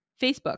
Facebook